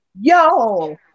yo